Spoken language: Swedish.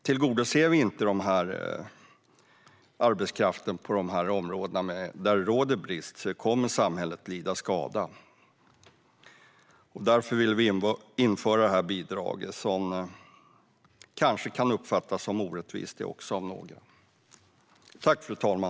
Tillgodoser vi inte behovet av arbetskraft inom de områden där det råder brist kommer samhället att lida skada. Därför vill vi införa detta bidrag, som kanske även det kan uppfattas som orättvist av någon.